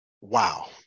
Wow